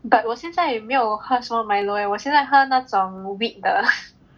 but 我现在没有喝什么 Milo leh 我现在和那种有 wheat 的